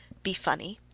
be funny.